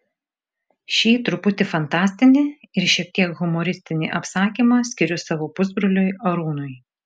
šį truputį fantastinį ir šiek tiek humoristinį apsakymą skiriu savo pusbroliui arūnui